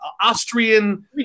Austrian